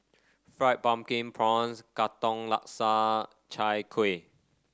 Fried Pumpkin Prawns Katong Laksa Chai Kuih